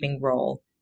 role